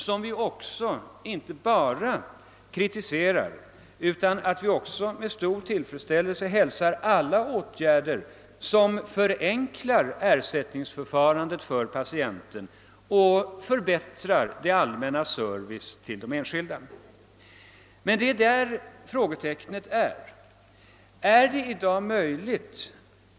Samtidigt som vi framför kritik hälsar vi dock med stor tillfredsställelse alla åtgärder som förenklar ersättningsförfarandet för patienten och förbättrar det allmännas service till den enskilde. Men det är här som vi sätter ett frågetecken.